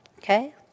Okay